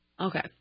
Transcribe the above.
Okay